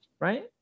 Right